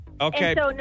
Okay